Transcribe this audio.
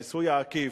המיסוי העקיף,